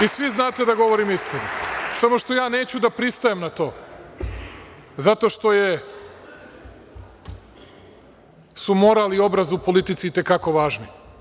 I svi znate da govorim istinu, samo što ja neću da pristajem na to, zato što su moral i obraz u politici itekako važni.